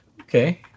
Okay